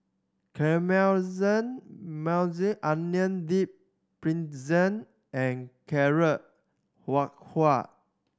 Onion Dip Pretzel and Carrot Halwa